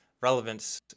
relevance